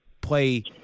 Play